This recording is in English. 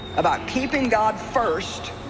about keeping god first